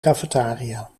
cafetaria